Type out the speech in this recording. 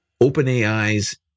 OpenAI's